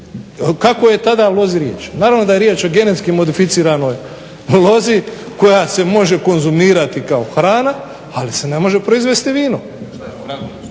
kakvoj je tada lozi riječ? Naravno da je riječ o GMO lozi koja se može konzumirati kao hrana ali se ne može proizvesti vino. Prema